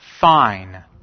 fine